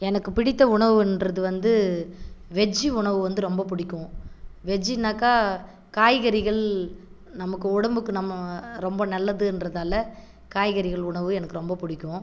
எனக்கு பிடித்த உணவுன்றது வந்து வெஜ்ஜி உணவு வந்து ரொம்ப பிடிக்கும் வெஜினாக்கா காய்கறிகள் நமக்கு உடம்புக்கு நம்ம ரொம்ப நல்லதுன்றதால காய்கறிகள் உணவு எனக்கு ரொம்ப பிடிக்கும்